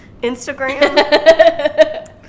Instagram